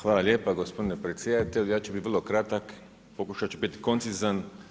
Hvala lijepa gospodine predsjedatelju, ja ću biti vrlo kratak, pokušati ću biti koncizan.